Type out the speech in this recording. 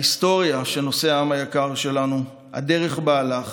ההיסטוריה שנושא העם היקר שלנו, הדרך שבה הלך